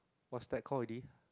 what's that already